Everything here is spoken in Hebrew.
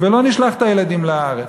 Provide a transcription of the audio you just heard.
ולא נשלח את הילדים לארץ.